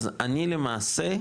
אז אני למעשה,